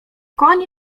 koń